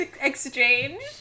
exchange